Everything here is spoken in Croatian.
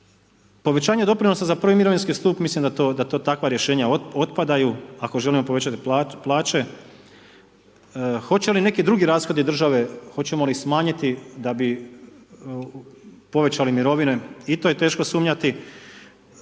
Povećanje doprinosa za prvi mirovinski stup mislim da to takva rješenja otpadaju ako želimo povećati plaće. Hoće li neki drugi rashodi države, hoćemo li ih smanjiti da bi povećali mirovine i to je teško sumnjati,